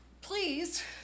please